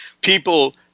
people